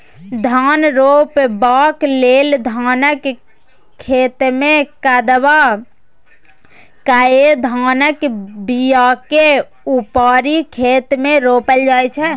धान रोपबाक लेल धानक खेतमे कदबा कए धानक बीयाकेँ उपारि खेत मे रोपल जाइ छै